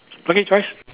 okay Joyce